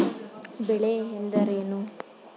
ಬೆಳೆ ಎಂದರೇನು?